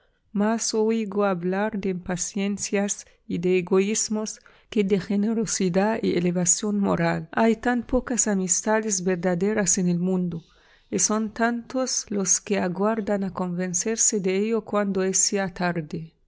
más oigo hablar de impaciencias y de egoísmos que de generosidad y elevación moral hay tan pocas amistades verdaderas en el mundo y son tantos los que aguardan a convencerse de ello cuando es ya tarde